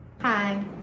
Hi